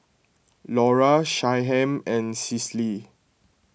Lora Shyheim and Cicely